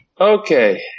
Okay